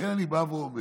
לכן אני בא ואומר